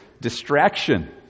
distraction